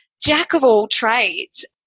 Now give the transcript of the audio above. jack-of-all-trades